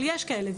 אבל יש כאלה.